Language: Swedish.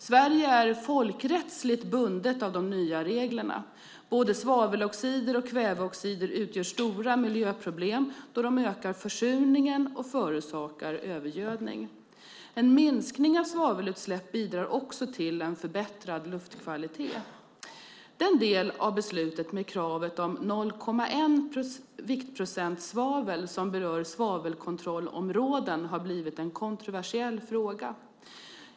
Sverige är folkrättsligt bundet av de nya reglerna. Både svaveloxider och kväveoxider utgör stora miljöproblem, då de ökar försurningen och förorsakar övergödning. En minskning av svavelutsläpp bidrar också till en förbättrad luftkvalitet. Den del av beslutet med kravet om 0,1 viktprocent svavel som berör svavelkontrollområden har blivit en kontroversiell fråga.